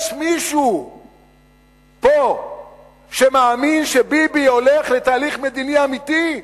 יש מישהו פה שמאמין שביבי הולך לתהליך מדיני אמיתי?